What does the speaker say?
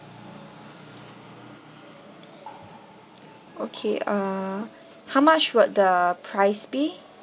okay uh how much would the price be